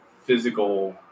physical